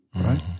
right